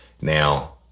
Now